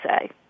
say